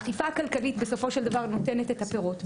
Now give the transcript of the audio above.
האכיפה הכלכלית בסופו של דבר נותנת את הפירות.